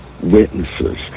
witnesses